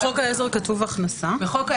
בחוק העזר כתוב גם וגם.